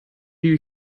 you